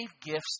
gifts